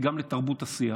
היא גם לתרבות השיח.